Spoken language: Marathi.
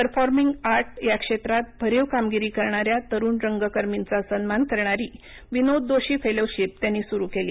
परफॉरमिंग आर्ट या क्षेत्रात भरीव कामगिरी करणाऱ्या तरुण रंगकर्मींचा सन्मान करणारी विनोद दोषी फेलोशिप त्यांनी सुरू केली